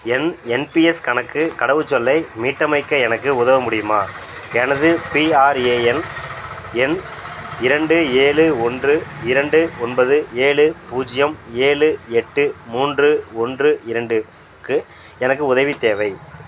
என் NPS கணக்கு கடவுச்சொல்லை மீட்டமைக்க எனக்கு உதவ முடியுமா எனது பிஆர்ஏஎன் எண் இரண்டு ஏழு ஒன்று இரண்டு ஒன்பது ஏழு பூஜ்ஜியம் ஏழு எட்டு மூன்று ஒன்று இரண்டு க்கு எனக்கு உதவி தேவை